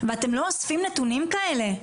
ואתם לא אוספים נתונים כאלה?